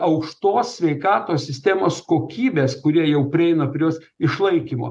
aukštos sveikatos sistemos kokybės kurie jau prieina prie jos išlaikymo